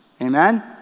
Amen